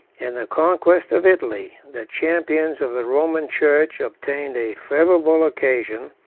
in the conquest of italy, the champions of the roman church obtained a favorable occasion,